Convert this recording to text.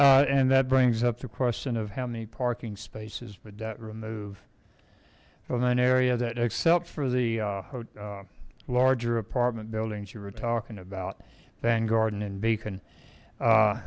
use and that brings up the question of how many parking spaces but that remove from an area that except for the larger apartment buildings you were talking about van garden and beacon